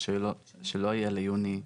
שלא יהיה ליוני הבא.